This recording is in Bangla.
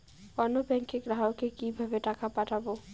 অন্য ব্যাংকের গ্রাহককে কিভাবে টাকা পাঠাবো?